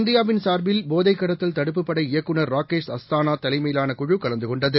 இந்தியாவின் சார்பில் போதைக் கடத்தல் தடுப்பு படை இயக்குனர் ராகேஷ் அஸ்தானா தலைமையிலான குழு கலந்து கொண்டது